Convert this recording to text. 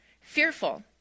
fearful